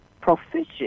proficient